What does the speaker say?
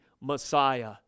Messiah